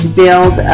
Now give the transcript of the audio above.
build